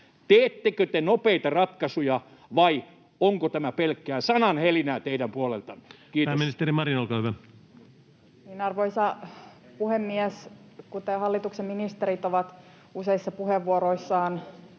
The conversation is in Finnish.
Teettekö te nopeita ratkaisuja, vai onko tämä pelkkää sananhelinää teidän puoleltanne? — Kiitos. Pääministeri Marin, olkaa hyvä. Arvoisa puhemies! Kuten hallituksen ministerit ovat useissa puheenvuoroissaan